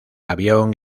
avión